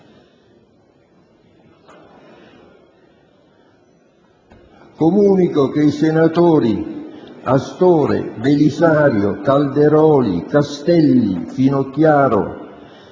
Comunico che i senatori Astore, Belisario, Calderoli, Castelli, Finocchiaro,